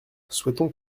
souhaitons